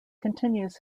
continues